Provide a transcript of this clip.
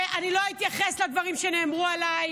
אני לא אתייחס לדברים שנאמרו עליי,